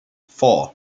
four